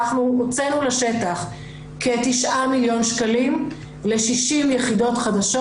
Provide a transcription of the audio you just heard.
אנחנו הוצאנו לשטח כ-9 מיליון שקלים ל-60 יחידות חדשות,